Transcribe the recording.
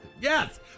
yes